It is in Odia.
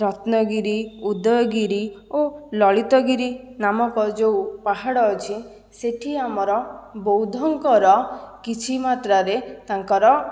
ରତ୍ନଗିରି ଉଦୟଗିରି ଓ ଲଳିତଗିରି ନାମକ ଯେଉଁ ପାହାଡ଼ ଅଛି ସେଠି ଆମର ବୌଦ୍ଧଙ୍କର କିଛି ମାତ୍ରାରେ ତାଙ୍କର